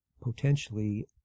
potentially